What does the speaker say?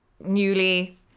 newly